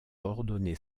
ordonner